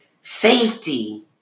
Safety